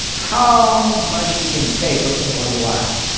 how much you can take in a little while,